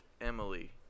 Emily